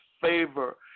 favor